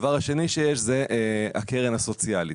הדבר השני שיש זה הקרן הסוציאלית.